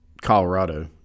Colorado